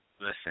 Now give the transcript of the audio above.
Listen